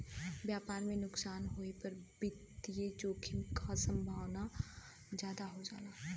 व्यापार में नुकसान होये पर वित्तीय जोखिम क संभावना जादा हो जाला